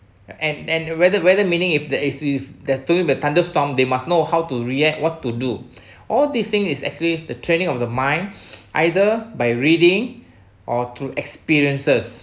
and and whether whether meaning if the as if there's during the thunderstorm they must know how to react what to do all these thing is actually the training of the mind either by reading or through experiences